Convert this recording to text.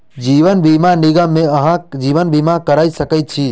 जीवन बीमा निगम मे अहाँ जीवन बीमा करा सकै छी